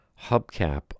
hubcap